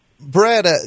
Brad